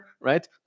right